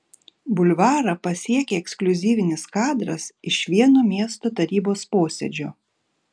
bulvarą pasiekė ekskliuzyvinis kadras iš vieno miesto tarybos posėdžio